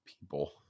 people